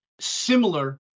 similar